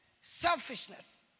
Selfishness